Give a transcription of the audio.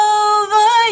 over